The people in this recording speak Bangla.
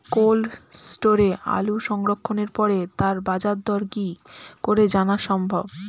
কোল্ড স্টোরে আলু সংরক্ষণের পরে তার বাজারদর কি করে জানা সম্ভব?